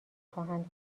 خواهند